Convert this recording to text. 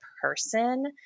person